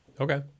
Okay